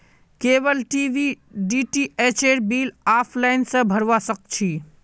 cable TV डीटीएचेर bill offline स भरवा सक छी